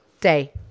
day